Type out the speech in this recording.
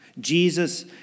Jesus